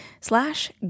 slash